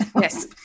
Yes